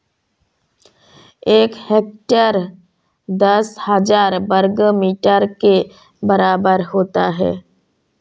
एक हेक्टेयर दस हज़ार वर्ग मीटर के बराबर होता है